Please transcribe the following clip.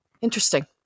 Interesting